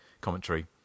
commentary